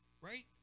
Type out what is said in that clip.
right